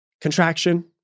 contraction